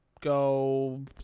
go